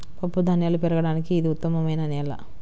పప్పుధాన్యాలు పెరగడానికి ఇది ఉత్తమమైన నేల